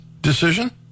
decision